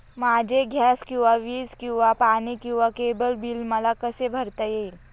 माझे गॅस किंवा वीज किंवा पाणी किंवा केबल बिल मला कसे भरता येईल?